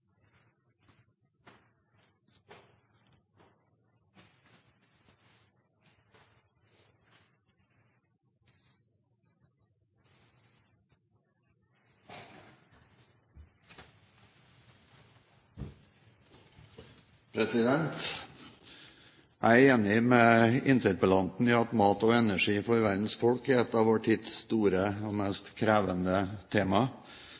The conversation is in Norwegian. ansvaret. Jeg er enig med interpellanten i at mat og energi for verdens folk er et av vår tids store og